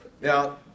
Now